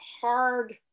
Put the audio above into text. hard